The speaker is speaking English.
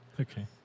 Okay